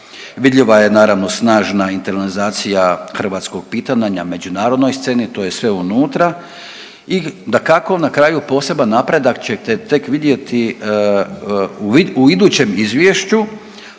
Vidljiva je naravno snažna internalizacija hrvatskog pitanja na međunarodnoj sceni, to je sve unutra. I dakako na kraju poseban napredak ćete tek vidjeti u idućem izvješću